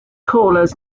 callers